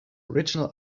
original